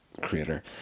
creator